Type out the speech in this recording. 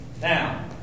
Now